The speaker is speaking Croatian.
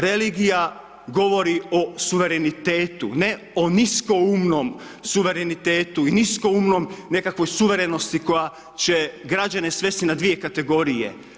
Religija govori o suverenitetu, ne o nisko umnom suverenitetu i nisko umnoj nekakvoj suvremenosti koja će građane sveti na 2 kategorije.